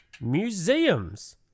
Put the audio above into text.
museums